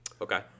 Okay